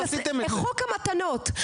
חוק המתנות,